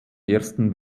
ersten